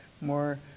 more